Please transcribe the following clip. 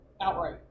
outright